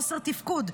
חוסר תפקוד,